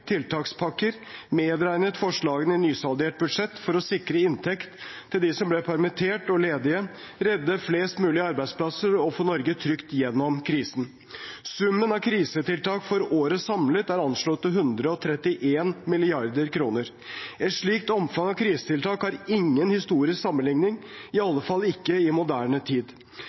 tiltakspakker medregnet forslagene i nysaldert budsjett for å sikre inntekt til dem som ble permittert og ledige, redde flest mulig arbeidsplasser og få Norge trygt gjennom krisen. Summen av krisetiltak for året samlet er anslått til 131 mrd. kr. Et slikt omfang av krisetiltak har ingen historisk sammenligning, i alle fall ikke i moderne tid.